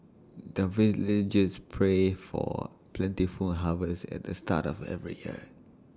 the villagers pray for plentiful harvest at the start of every year